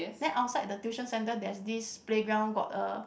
then outside the tuition centre there's this playground got a